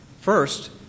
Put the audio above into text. First